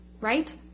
right